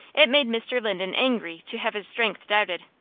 it made mr. linden angry to have his strength doubted.